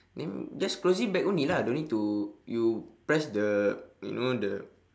then just close it back only lah don't need to you press the you know the